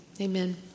amen